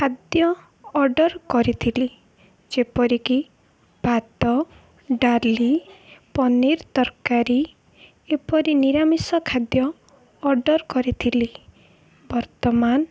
ଖାଦ୍ୟ ଅର୍ଡ଼ର୍ କରିଥିଲି ଯେପରିକି ଭାତ ଡାଲି ପନିର ତରକାରୀ ଏପରି ନିରାମିଷ ଖାଦ୍ୟ ଅର୍ଡ଼ର୍ କରିଥିଲି ବର୍ତ୍ତମାନ